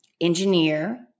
engineer